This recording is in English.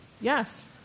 Yes